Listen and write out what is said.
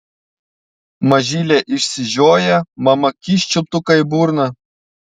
mažylė išsižioja mama kyšt čiulptuką į burną